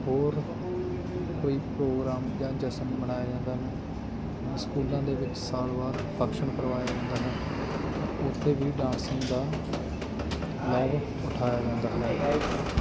ਹੋਰ ਕੋਈ ਪ੍ਰੋਗਰਾਮ ਜਾਂ ਜਸ਼ਨ ਮਨਾਇਆ ਜਾਂਦਾ ਸਕੂਲਾਂ ਦੇ ਵਿੱਚ ਸਾਲ ਬਾਅਦ ਫੰਕਸ਼ਨ ਕਰਵਾਇਆ ਜਾਂਦਾ ਹੈ ਉੱਥੇ ਵੀ ਡਾਂਸਿੰਗ ਦਾ ਲਾਭ ਉਠਾਇਆ ਜਾਂਦਾ ਹੈ